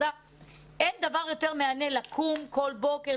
אין דבר יותר מהנה מלקום בכל בוקר,